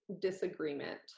disagreement